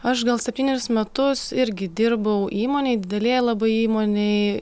aš gal septynerius metus irgi dirbau įmonėj didelėje labai įmonėj